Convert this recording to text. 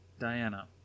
Diana